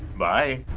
bye. ah!